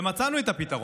ומצאנו את הפתרון.